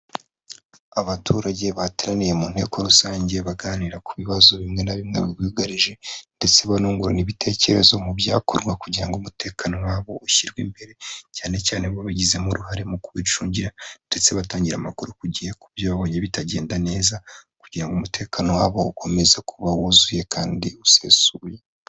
Abaturage bateraniye mu nteko rusange baganira ku bibazo bimwe na bimwe bibugarije ndetse banungurana ibitekerezo mu byakorwa kugira ngo umutekano wabo ushyirwe imbere cyane cyane babigizemo uruhare mu kubicungira ndetse batangiragire amakuru ku gihe kubyo babonye bitagenda neza kugira ngo umutekano wabo ukomeze kuba wuzuye kandi usesuye.